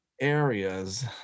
areas